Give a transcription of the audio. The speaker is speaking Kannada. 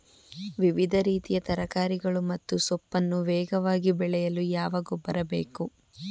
ವಿವಿಧ ರೀತಿಯ ತರಕಾರಿಗಳು ಮತ್ತು ಸೊಪ್ಪನ್ನು ವೇಗವಾಗಿ ಬೆಳೆಯಲು ಯಾವ ಗೊಬ್ಬರ ಬೇಕು?